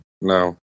no